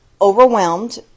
overwhelmed